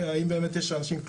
האם באמת --- לא,